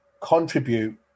contribute